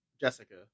Jessica